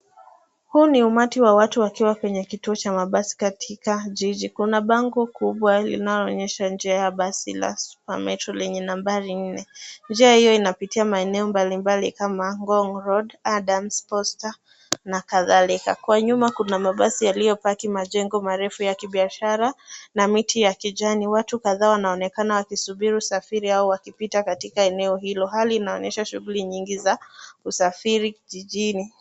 Huu ni ummati wa watu wakiwa kwenye kituo cha mabasi katika jiji. Kuna bango kubwa linaloonyesha njia ya basi la Super Metro lenye nambari nne. Njia hio inapitia maeneo mbalimbali kama Ngong Road, Adams, Posta na kadhalika. Kwa nyuma kuna mabasi yaliyopaki, majengo marefu ya kibiashara na miti ya kijani. Watu kadhaa wanaonekana wakisubiri usafiri au wakipita katika eneo hilo. Hali inaonyesha shughuli nyingi za usafiri jijini.